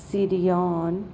ਸੀਰੀਓਨ